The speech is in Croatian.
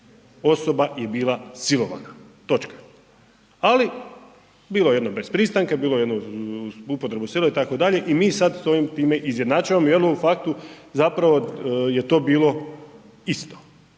Osoba je bila silovana, točka, ali bilo jedno bez pristanka, bilo jedno uz upotrebu sile itd. i mi sad s ovim time izjednačavamo …/nerazumljivo/… zapravo je to bilo isto.